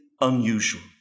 unusual